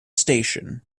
station